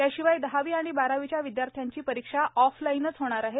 याशिवाय दहावी आणि बारावीच्या विद्यार्थ्यांची परीक्षा ऑफलाइनच होणार आहे